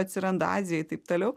atsiranda azijoj taip toliau